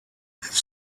have